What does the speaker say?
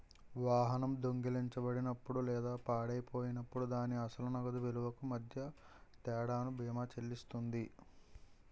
వాహనం దొంగిలించబడినప్పుడు లేదా పాడైపోయినప్పుడు దాని అసలు నగదు విలువకు మధ్య తేడాను బీమా చెల్లిస్తుంది